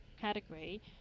category